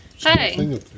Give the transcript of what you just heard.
Hi